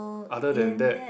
other than that